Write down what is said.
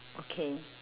okay